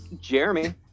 Jeremy